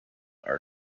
are